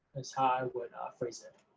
that's how i would phrase it,